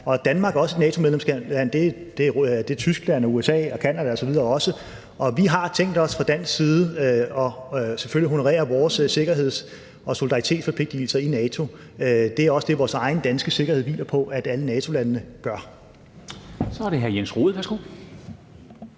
Danmark er også et NATO-medlemsland, og det er Tyskland, USA, Canada osv. også. Og vi har selvfølgelig fra dansk side tænkt os at honorere vores sikkerheds- og solidaritetsforpligtigelser i NATO. Det er også det, vores egen danske sikkerhed hviler på: at alle NATO-landene gør